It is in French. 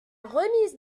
remise